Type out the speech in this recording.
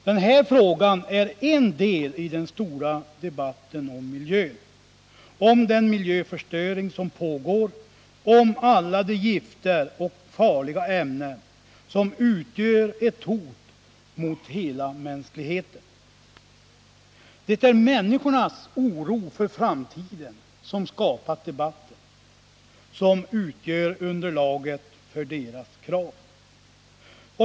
Det här är en del av den stora debatten om miljön, om den miljöförstöring som pågår, om alla de gifter och farliga ämnen som utgör ett hot mot hela mänskligheten. Det är människornas oro för framtiden som skapat debatten och som utgör underlaget för deras krav.